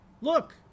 look